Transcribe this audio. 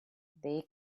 they